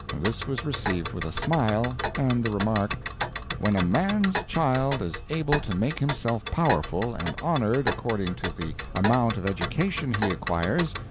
this was received with a smile, and the remark when a man's child is able to make himself powerful and honoured according to the amount of education he acquires,